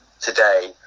today